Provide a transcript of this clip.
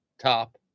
Top